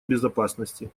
безопасности